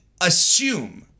assume